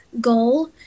goal